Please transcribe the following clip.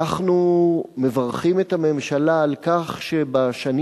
אנחנו מברכים את הממשלה על כך שבשנים